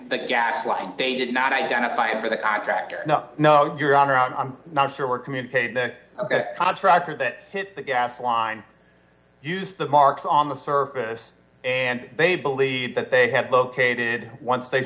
the gas like they did not identify it for the contractor no no your honor i'm not sure we're communicating that ok contractor that hit the gas line use the marks on the surface and they believe that they have located once they